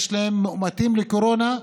מאומתים לקורונה,